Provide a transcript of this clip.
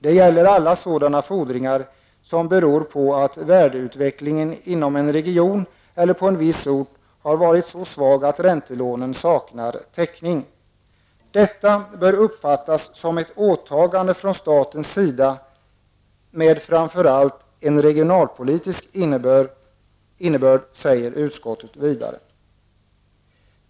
Det gäller alla sådana fordringar som beror på att värdeutvecklingen inom en region eller på en viss ort har varit så svag att räntelånen saknar täckning. Detta bör uppfattas som ett åtagande från statens sida med framför allt en regionalpolitisk innebörd, säger utskottet vidare.